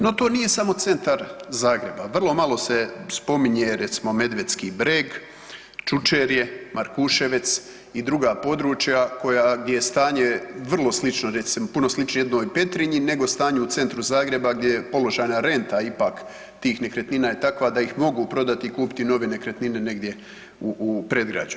No to nije samo centar Zagreba, vrlo malo se spominje recimo Medvedski breg, Čučerje, Markuševec i druga područja koja, gdje je stanje vrlo slično recimo, puno sličnije jednoj Petrinji nego stanje u centru Zagreba gdje je položajna renta ipak tih nekretnina je takva da ih mogu prodati i kupiti nove nekretnine negdje u predgrađu.